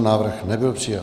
Návrh nebyl přijat.